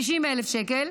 60,000 שקל,